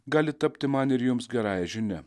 gali tapti man ir jums gerąja žinia